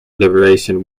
liberation